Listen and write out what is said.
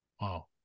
Wow